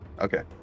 Okay